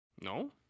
No